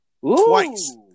twice